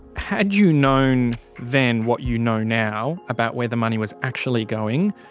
had you known then what you know now about where the money was actually going,